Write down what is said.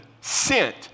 sent